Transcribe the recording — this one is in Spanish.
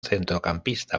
centrocampista